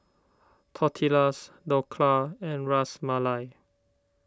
Tortillas Dhokla and Ras Malai